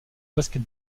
basket